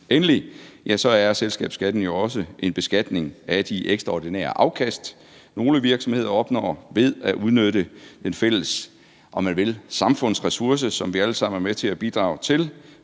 Endelig er selskabsskatten jo også en beskatning af de ekstraordinære afkast, som nogle virksomheder opnår ved at udnytte den fælles samfundsressource, om man vil, som vi alle sammen er med til at bidrage til,